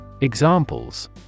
Examples